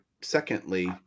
Secondly